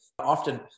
Often